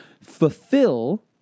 fulfill